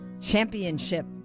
Championship